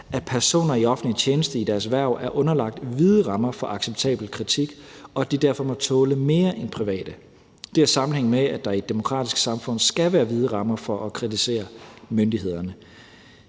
at personer i offentlig tjeneste i deres hverv er underlagt vide rammer for acceptabel kritik, og at de derfor må tåle mere end private. Det har sammenhæng med, at der i et demokratisk samfund skal være vide rammer for at kritisere myndighederne.